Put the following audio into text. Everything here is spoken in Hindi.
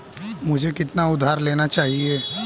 मुझे कितना उधार लेना चाहिए?